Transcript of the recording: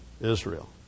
Israel